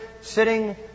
sitting